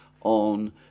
on